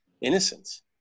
innocence